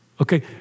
Okay